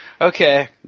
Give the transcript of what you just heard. Okay